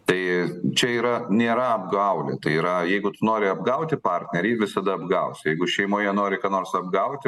tai čia yra nėra apgaulė tai yra jeigu tu nori apgauti partnerį visada apgausi jeigu šeimoje nori ką nors apgauti